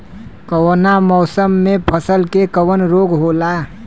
कवना मौसम मे फसल के कवन रोग होला?